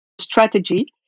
strategy